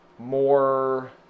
more